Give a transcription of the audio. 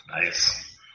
nice